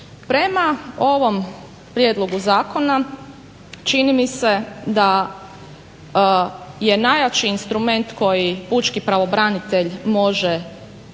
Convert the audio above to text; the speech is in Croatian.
Prema ovom prijedlogu zakona čini mi se da je najjači instrument koji pučki pravobranitelj može napraviti